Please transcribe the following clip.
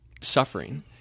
suffering